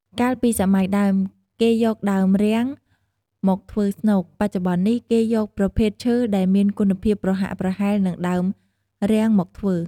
កាលពីសម័យដើម គេយកដើមរាំង មកធ្វើស្នូក បច្ចុប្បន្ននេះគេយកប្រភេទឈើដែលមានគុណភាពប្រហាក់ប្រហែលនឹងដើមរាំងមកធ្វើ ។